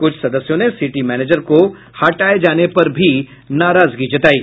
कुछ सदस्यों ने सिटी मैनेजर को हटाये जाने पर भी नाराजगी जतायी